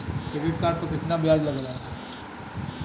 Credit card पर कितना ब्याज लगेला?